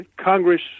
Congress